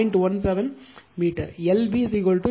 17 metre L B இது 17 8